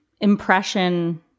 impression